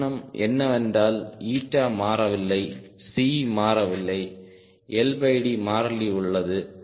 அனுமானம் என்னவென்றால் மாறவில்லை C மாறவில்லை LD மாறிலி உள்ளது